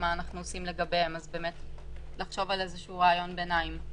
שאנחנו רוצים לספק לתאגידים בשלב הראשון הזה.